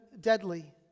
deadly